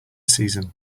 season